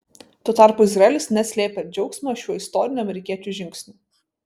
tuo tarpu izraelis neslėpė džiaugsmo šiuo istoriniu amerikiečių žingsniu